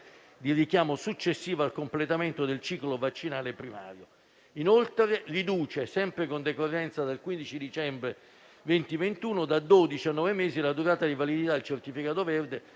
di richiamo successivo al completamento del ciclo vaccinale primario. Inoltre, riduce, sempre con decorrenza dal 15 dicembre 2021, da dodici a nove mesi la durata di validità del certificato verde